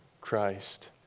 Christ